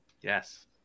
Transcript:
Yes